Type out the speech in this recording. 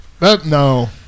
no